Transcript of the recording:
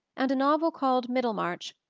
and a novel called middlemarch,